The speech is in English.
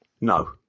No